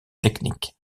technique